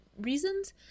reasons